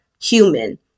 human